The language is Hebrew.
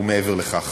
ומעבר לכך,